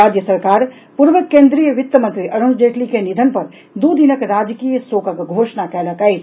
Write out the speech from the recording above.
राज्य सरकार पूर्व केंद्रीय वित्त मंत्री अरूण जेटली के निधन पर दू दिनक राजकीय शोकक घोषणा कयलक अछि